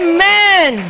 Amen